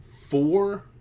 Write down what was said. Four